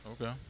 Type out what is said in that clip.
Okay